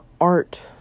art